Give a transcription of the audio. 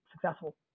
successful